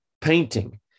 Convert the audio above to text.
painting